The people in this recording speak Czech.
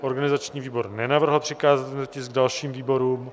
Organizační výbor nenavrhl přikázat tento tisk dalším výborům.